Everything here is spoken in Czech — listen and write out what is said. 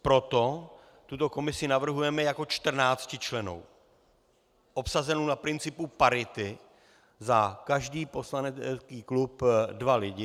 Proto tuto komisi navrhujeme jako 14člennou, obsazenou na principu parity, za každý poslanecký klub dva lidi.